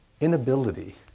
inability